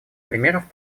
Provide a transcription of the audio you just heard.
примеров